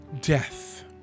death